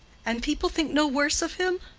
and people think no worse of him?